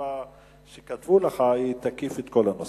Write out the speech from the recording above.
שתשובה שכתבו לך תקיף את כל הנושא.